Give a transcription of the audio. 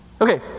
Okay